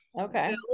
okay